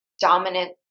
dominant